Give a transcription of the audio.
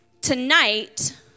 tonight